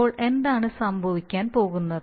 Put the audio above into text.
ഇപ്പോൾ എന്താണ് സംഭവിക്കാൻ പോകുന്നത്